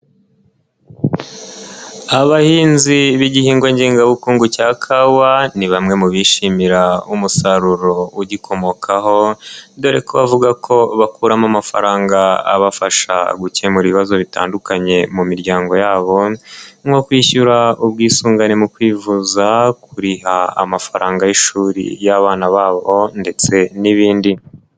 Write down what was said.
Abahinzi b'igihingwa ngengabukungu cya kawa, ni bamwe mu bishimira umusaruro ugikomokaho, dore ko avuga ko bakuramo amafaranga abafasha gukemura ibibazo bitandukanye mu miryango yabo nko kwishyura ubwisungane mu kwivuza, kuriha amafaranga y'ishuri y'abana babo ndetse n'ibindi.